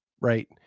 right